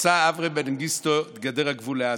חצה אברה מנגיסטו את גדר הגבול לעזה.